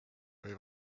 või